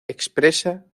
expresa